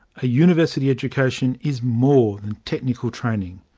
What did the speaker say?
a university education is more than technical training.